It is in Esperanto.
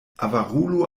avarulo